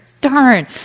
darn